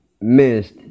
missed